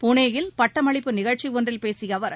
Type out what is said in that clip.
புனேயில் பட்டமளிப்பு நிகழ்ச்சிஒன்றில் பேசியஅவர்